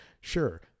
Sure